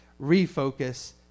refocus